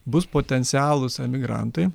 bus potencialūs emigrantai